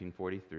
1943